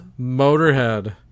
Motorhead